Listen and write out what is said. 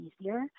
easier